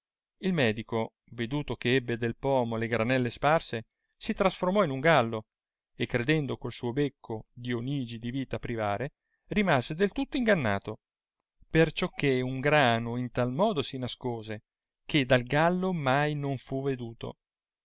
il medico vedute che ebbe del pomo le granella sparse si trasformò in un gallo e credendo col suo becco dionigi di vita privare rimase del tutto mgannato perciò che un grano in tal modo si nascose che dal gallo mai non fu veduto